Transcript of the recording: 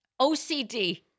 OCD